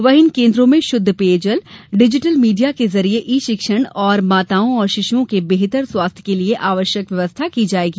वहीं इन केन्द्रों में शुद्ध पेयजल डिजिटल मीडिया के जरिये ई शिक्षण और माताओं और शिशुओं के बेहतर स्वास्थ्य के लिये आवश्यक व्यवस्था की जायेगी